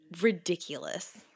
ridiculous